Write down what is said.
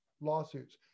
lawsuits